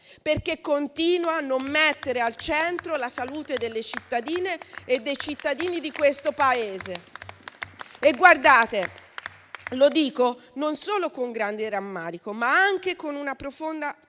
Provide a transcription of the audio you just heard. perché continua a non mettere al centro la salute delle cittadine e dei cittadini di questo Paese. Lo dico non solo con grande rammarico, ma anche con una profonda